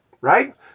right